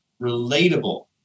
relatable